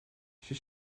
she